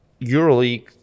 EuroLeague